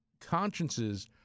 consciences